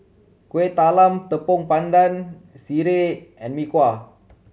Kueh Talam Tepong Pandan sireh and Mee Kuah